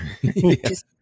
Yes